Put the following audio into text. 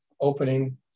opening